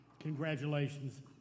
Congratulations